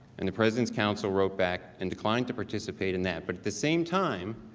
and the president counsel roback and declined to participate in that. but at the same time,